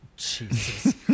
Jesus